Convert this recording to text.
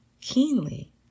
Keenly